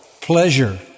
Pleasure